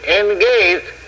engaged